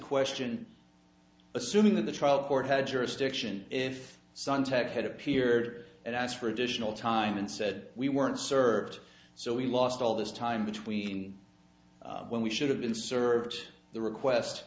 question assuming that the trial court had jurisdiction if suntech had appeared and asked for additional time and said we weren't served so we lost all this time between when we should have been served the request